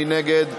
מי נגד?